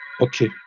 Okay